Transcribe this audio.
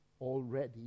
already